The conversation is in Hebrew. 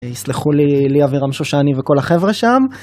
יסלחו לי, אבירם שושני וכל החבר'ה שם.